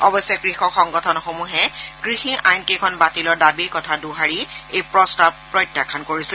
অৱশ্যে কৃষক সংগঠনসমূহে কৃষি আইনকেইখন বাতিলৰ দাবীৰ কথা দোহাৰি এই প্ৰস্তাৱ প্ৰত্যাখান কৰিছিল